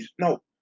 No